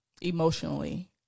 emotionally